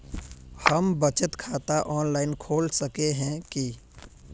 हम बचत खाता ऑनलाइन खोल सके है की?